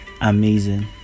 amazing